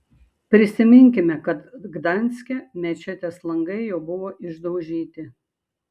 prisiminkime kad gdanske mečetės langai jau buvo išdaužyti